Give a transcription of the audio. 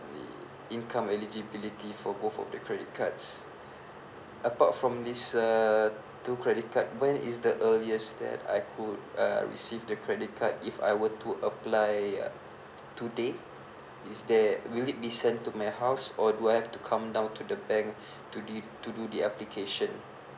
the income eligibility for both of the credit cards apart from these uh two credit card when is the earliest that I could uh receive the credit card if I were to apply today is there will it be sent to my house or do I have to come down to the bank to the to do the application